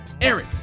Eric